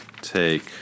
Take